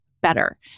better